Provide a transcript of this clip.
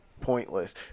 pointless